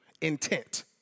intent